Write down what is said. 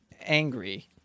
angry